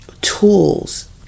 tools